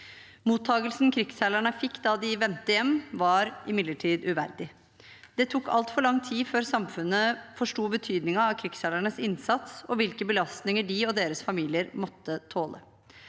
Mottakelsen krigsseilerne fikk da de vendte hjem, var imidlertid uverdig. Det tok altfor lang tid før samfunnet forsto betydningen av krigsseilernes innsats og hvilke belastninger de og deres familier måtte tåle.